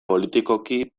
politikoki